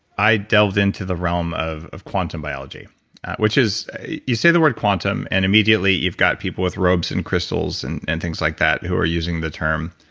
i delved into the realm of of quantum biology which is, you say the word quantum and immediately you've got people with robes and crystals and and things like that who are using the term,